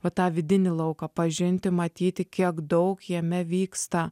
va tą vidinį lauką pažinti matyti kiek daug jame vyksta